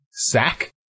Sack